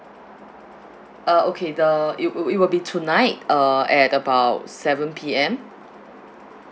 uh okay the it'll w~ it will be tonight uh at about seven P_M